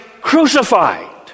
crucified